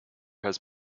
has